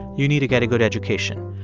you need to get a good education.